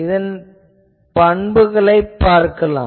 இதன் பண்புகளைப் பார்க்கலாம்